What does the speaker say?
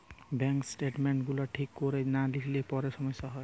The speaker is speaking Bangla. ব্যাংক স্টেটমেন্ট গুলা ঠিক কোরে না লিখলে পরে সমস্যা হবে